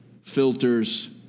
filters